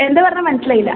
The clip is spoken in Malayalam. എന്താണ് പറഞ്ഞത് മനസിലായില്ല